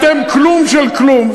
אתם כלום של כלום,